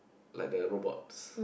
like the robots